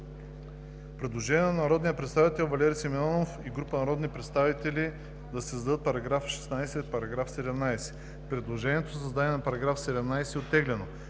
Предложение на народния представител Валери Симеонов и група народни представители да се създадат § 16 и § 17. Предложението за създаване на § 17 е оттеглено.